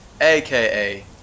aka